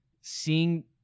Seeing